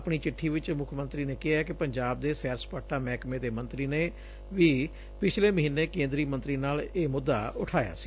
ਆਪਣੀ ਚਿੱਠੀ ਵਿਚ ਮੁੱਖ ਮੰਤਰੀ ਨੇ ਕਿਹੈ ਕਿ ਪੰਜਾਬ ਦੇ ਸੈਰ ਸਪਾਟਾ ਮਹਿਕਮੇ ਦੇ ਮੰਤਰੀ ਨੇ ਵੀ ਪਿਛਲੇ ਮਹੀਨੇ ਕੇਂਦਰੀ ਮੰਤਰੀ ਨਾਲ ਇਹ ਮੁੱਦਾ ਉਠਾਇਆ ਸੀ